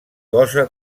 cosa